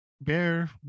Bear